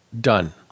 done